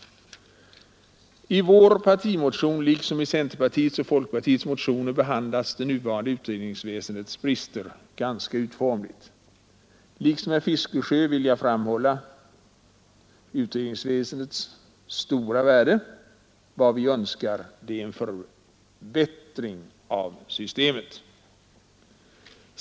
I vår partimotion liksom i centerpartiets och folkpartiets motioner behandlas det nuvarande utredningsväsendets brister ganska utförligt. Liksom herr Fiskesjö vill jag framhålla utredningsväsendets stora värde. Vad vi önskar är en förbättring av systemet.